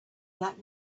black